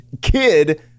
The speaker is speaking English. kid